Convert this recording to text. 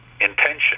intention